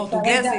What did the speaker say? פורטוגזית.